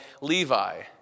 Levi